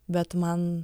bet man